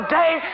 day